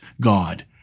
God